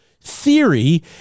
theory